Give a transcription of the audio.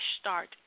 start